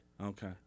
Okay